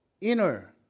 inner